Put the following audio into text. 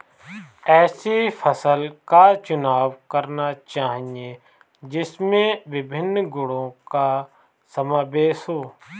ऐसी फसल का चुनाव करना चाहिए जिसमें विभिन्न गुणों का समावेश हो